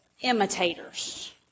imitators